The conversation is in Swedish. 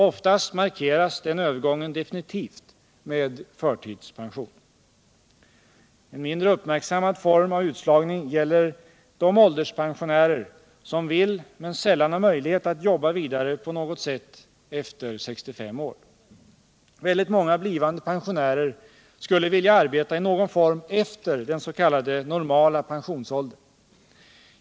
Oftast markeras den övergången definitivt med förtidspension. En mindre uppmärksammad form av utslagning gäller de ålderspensionärer som vill men sällan har möjlighet att jobba vidare på något sätt efter 65 år. Väldigt många blivande pensionärer skulle vilja arbeta i någon form efter den s.k. normala pensionsåldern.